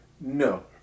No